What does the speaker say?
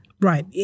Right